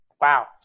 Wow